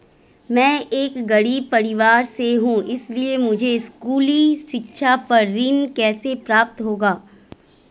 मैं एक गरीब परिवार से हूं इसलिए मुझे स्कूली शिक्षा पर ऋण कैसे प्राप्त होगा?